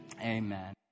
amen